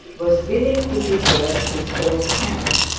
was willing to desert his own camp.